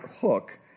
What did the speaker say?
hook